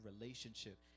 relationship